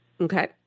Okay